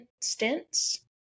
stints